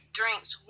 drinks